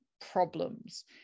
problems